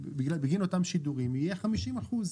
בגין אותם שידורים יהיה 50 אחוזים.